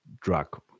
drug